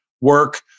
work